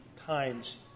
times